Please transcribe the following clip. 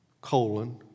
colon